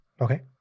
Okay